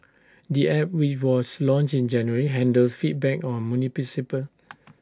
the app which was launched in January handles feedback on municipal